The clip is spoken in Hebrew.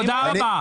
תודה רבה.